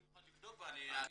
אני מוכן לבדוק ואני אגיד.